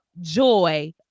joy